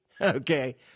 Okay